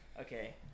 Okay